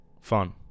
fun